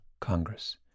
Congress